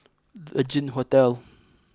Regin Hotel